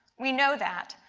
we know that.